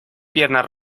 piernas